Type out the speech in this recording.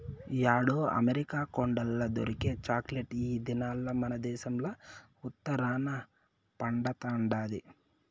యాడో అమెరికా కొండల్ల దొరికే చాక్లెట్ ఈ దినాల్ల మనదేశంల ఉత్తరాన పండతండాది